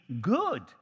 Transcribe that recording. good